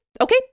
okay